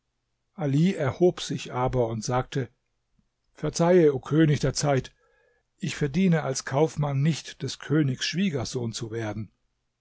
ali erhob sich aber und sagte verzeihe o könig der zeit ich verdiene als kaufmann nicht des königs schwiegersohn zu werden